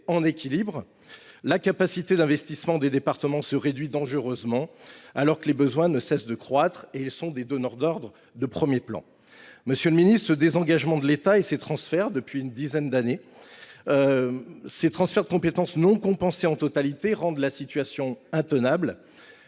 en équilibre, la capacité d’investissement des départements se réduit dangereusement, alors que les besoins ne cessent de croître et qu’ils sont des donneurs d’ordre de premier plan. Monsieur le ministre, ce désengagement de l’État et ces transferts de compétences décidés depuis une dizaine d’années et non compensés en totalité rendent la situation intenable.